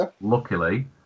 Luckily